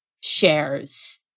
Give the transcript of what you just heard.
shares